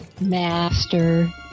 master